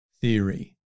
theory